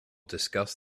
discuss